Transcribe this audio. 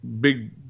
Big